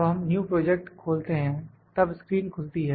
अब हम new project खोलते हैं तब स्क्रीन खुलती है